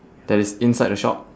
that is inside the shop